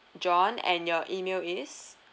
john and your email is